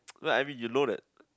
like I mean you know that